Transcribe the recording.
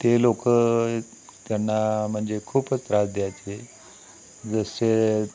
ते लोक त्यांना म्हणजे खूपच त्रास द्यायचे जसे